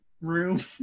Room